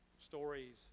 Stories